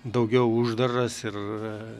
daugiau uždaras ir